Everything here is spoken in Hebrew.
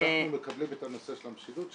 אנחנו מקבלים את הנושא של המשילות,